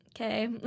Okay